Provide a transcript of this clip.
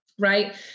right